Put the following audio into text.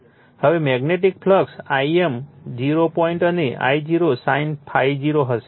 હવે magnetic flux Im 0 point અને I0 sin ∅0 હશે